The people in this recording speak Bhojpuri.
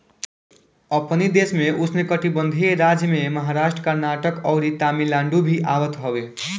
अपनी देश में उष्णकटिबंधीय राज्य में महाराष्ट्र, कर्नाटक, अउरी तमिलनाडु भी आवत हवे